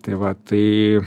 tai va tai